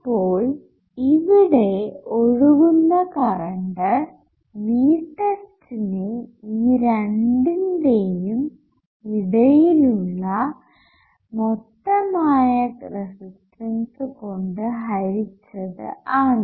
അപ്പോൾ ഇവിടെ ഒഴുകുന്ന കറണ്ട് Vtestനെ ഈ രണ്ടിന്റെയും ഇടയിൽ ഉള്ള മൊത്തമായ റെസിസ്റ്റൻസ് കൊണ്ട് ഹരിച്ചത് ആണ്